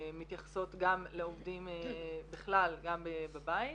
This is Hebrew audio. מתייחסות גם לעובדים בכלל, גם בבית.